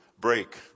break